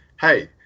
hey